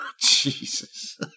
Jesus